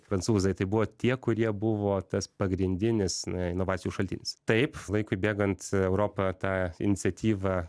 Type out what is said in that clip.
prancūzai tai buvo tie kurie buvo tas pagrindinis na inovacijų šaltinis taip laikui bėgant europa tą iniciatyvą